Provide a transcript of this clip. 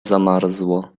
zamarzło